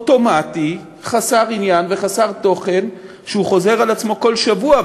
הופך לריטואל אוטומטי חסר עניין וחסר תוכן שחוזר על עצמו כל שבוע,